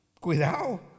Cuidado